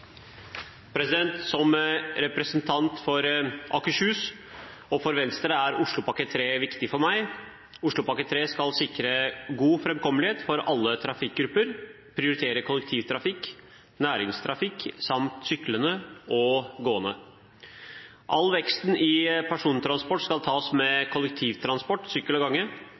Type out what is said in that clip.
Oslopakke 3 viktig for meg. Oslopakke 3 skal sikre god framkommelighet for alle trafikkgrupper og prioritere kollektivtrafikk, næringstrafikk samt syklende og gående. All veksten i persontransport skal tas med kollektivtransport, sykkel og gange.